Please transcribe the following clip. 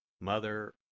Mother